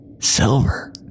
silver